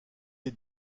est